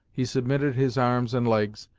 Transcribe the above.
he submitted his arms and legs,